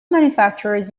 manufacturers